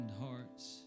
hearts